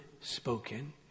spoken